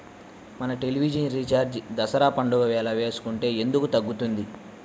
మన television recharge Dasara పండగ వేళ వేసుకుంటే ఎందుకు తగ్గుతుంది?